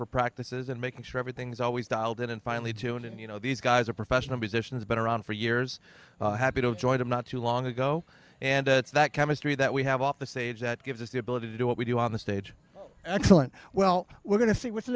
for practices and making sure everything's always dialed in and finally tune in you know these guys are professional musicians been around for years happy to enjoy them not too long ago and that chemistry that we have off the stage that gives us the ability to do what we do on the stage excellent well we're going to see what's the